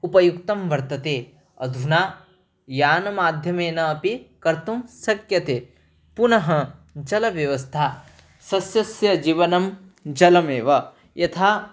उपयुक्तं वर्तते अधुना यानमाध्यमेन अपि कर्तुं शक्यते पुनः जलव्यवस्था सस्यस्य जीवनं जलमेव यथा